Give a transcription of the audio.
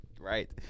Right